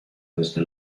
desde